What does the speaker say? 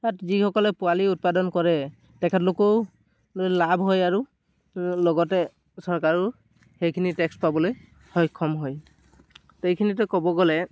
তাত যিসকলে পোৱালি উৎপাদন কৰে তেখেতলোকৰে লাভ হয় আৰু লগতে চৰকাৰেও সেইখিনি টেক্স পাবলৈ সক্ষম হয় এইখিনিতে ক'ব গ'লে